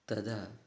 तदा